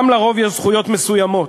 גם לרוב יש זכויות מסוימות.